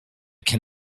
can